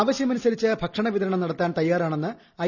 ആവശ്യമനുസരിച്ച് ഭക്ഷണ വിതരണം നടത്താൻ തയ്യാറാണെന്ന് ഐ